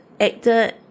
actor